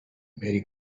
merry